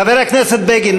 חבר הכנסת בגין,